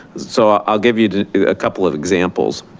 so i'll give you a couple of examples.